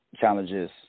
challenges